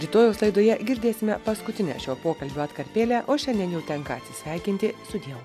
rytojaus laidoje girdėsime paskutinę šio pokalbio atkarpėlę o šiandien jau tenka atsisveikinti sudiev